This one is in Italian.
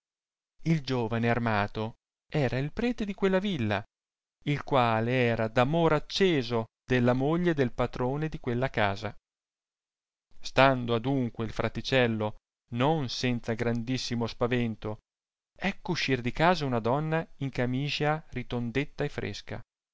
il giovane armato era il prete di quella villa il quale era d'amor acceso della moglie del patrone di quella casa stando adunque il fraticello non senza grandissimo spavento ecco uscir di casa una donna in camiscia ritondetta e fresca